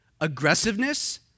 aggressiveness